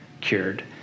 cured